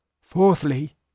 fourthly